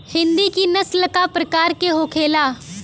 हिंदी की नस्ल का प्रकार के होखे ला?